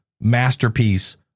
masterpiece